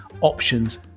options